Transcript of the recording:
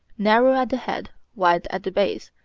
narrow at the head, wide at the base,